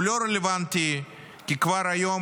הוא לא רלוונטי כי כבר היום,